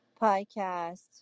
podcast